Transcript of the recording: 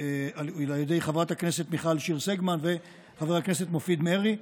על ידי חברת הכנסת מיכל שיר סגמן וחבר הכנסת מופיד מרעי.